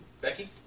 Becky